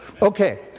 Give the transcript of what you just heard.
Okay